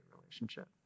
relationship